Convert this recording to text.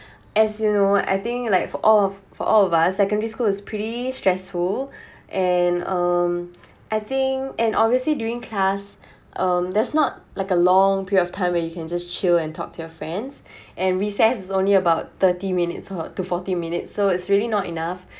as you know I think like for all of for all of us secondary school it's pretty stressful and um I think and obviously during class um there's not like a long period of time where you can just chill and talk to your friends and recess is only about thirty minutes or to forty minutes so it's really not enough